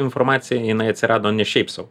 informacija jinai atsirado ne šiaip sau